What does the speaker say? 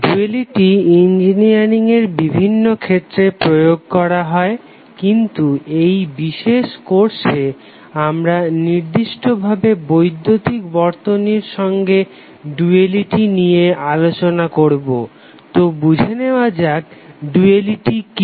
duality engineering এর বিভিন্ন ক্ষেত্রে প্রয়োগ করা হয় কিন্তু এই বিশেষ কোর্সে আমরা নির্দিষ্ট ভাবে বৈদ্যুতিক বর্তনীর সঙ্গে ডুয়ালিটির নিয়ে আলোচনা করবো তো বুঝে নেওয়া যাক ডুয়ালিটি কি